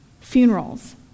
funerals